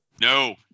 No